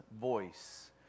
voice